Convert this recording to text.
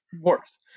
worse